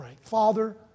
Father